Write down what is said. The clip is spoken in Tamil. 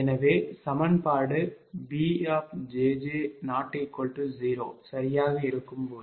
எனவே இந்த சமன்பாடு Bjj≠0 சரியாக இருக்கும்போது